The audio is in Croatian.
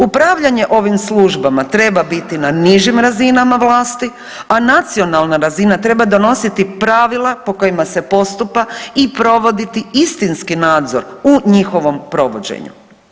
Upravljanje ovim službama treba biti na nižim razinama vlasti, a nacionalna razina treba donositi pravila po kojima se postupa i provoditi istinski nadzor u njihovom provođenju.